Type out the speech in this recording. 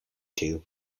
two